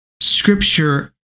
scripture